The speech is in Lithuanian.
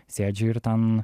sėdžiu ir ten